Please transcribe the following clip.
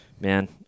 Man